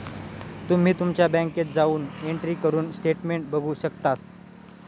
तुम्ही तुमच्या बँकेत जाऊन एंट्री करून स्टेटमेंट बघू शकतास